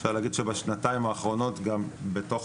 אפשר להגיד שבשנתיים האחרונות גם בתוך